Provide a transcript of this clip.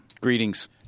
Greetings